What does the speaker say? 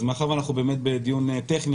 אז מאחר שאנחנו באמת בדיון טכני,